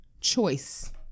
choice